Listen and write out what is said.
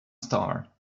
star